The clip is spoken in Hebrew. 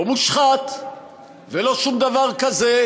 לא מושחת ושום דבר כזה,